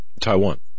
Taiwan